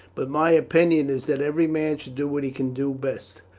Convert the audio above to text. but my opinion is that every man should do what he can do best.